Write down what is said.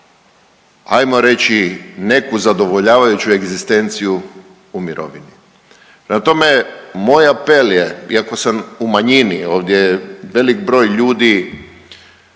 ajmo reći neku zadovoljavajuću egzistenciju u mirovini. Prema tome, moj apel je iako sam u manjini ovdje velik broj ljudi